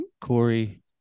Corey